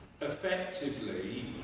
effectively